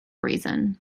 reason